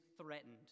threatened